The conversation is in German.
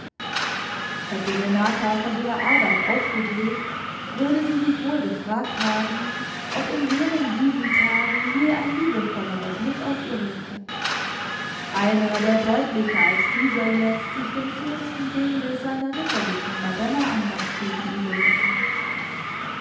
hätte renata von ihrer arbeit aufgeblickt würde sie sich wohl gefragt haben ob in jenen jugendtagen je ein liebevollerer blick auf ihr ruhte einer der deutlicher als dieser jetzt sich dem schönsten bilde seiner ritterlichen madonna andacht gegenüber befand